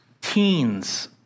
teens